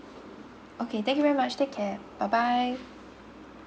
okay thank you very much take care bye bye